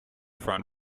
front